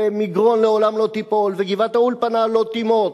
ומגרון לעולם לא תיפול, וגבעת-האולפנה לא תימוט,